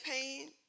pain